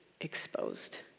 exposed